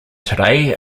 today